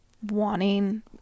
wanting